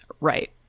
Right